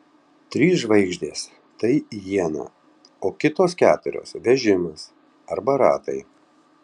trys žvaigždės tai iena o kitos keturios vežimas arba ratai